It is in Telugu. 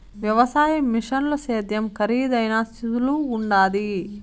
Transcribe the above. వ్యవసాయ మిషనుల సేద్యం కరీదైనా సులువుగుండాది